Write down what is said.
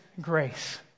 grace